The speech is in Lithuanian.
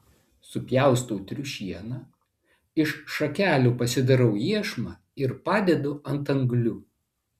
supjaustau triušieną iš šakelių pasidarau iešmą ir padedu ant anglių